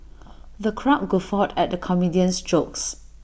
the crowd guffawed at the comedian's jokes